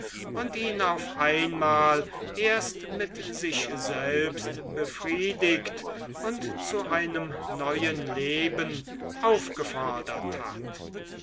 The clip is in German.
und ihn auf einmal erst mit sich selbst befriedigt und zu einem neuen leben aufgefordert hat